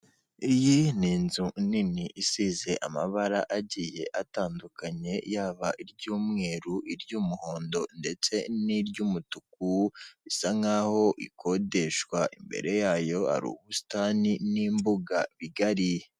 Iyi ni inzu nini isize amabara agiye atandukanye yaba iry'umweru, iry'umuhondo ndetse n'iry'umutuku bisa nkaho ikodeshwa. Imbere yayo hari ubusitani n'imbuga bigari.